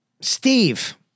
Steve